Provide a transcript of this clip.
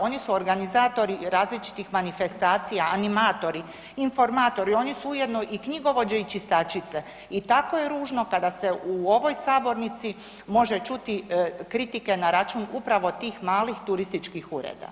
Oni su organizatori različitih manifestacija, animatori, informatori, oni su ujedno i knjigovođe i čistačice i tako je ružno kada se u ovoj sabornici može čuti kritike na račun upravo tih malih turističkih ureda.